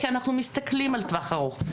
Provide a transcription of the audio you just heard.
כי אנחנו מסתכלים על טווח ארוך.